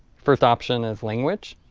first option is language,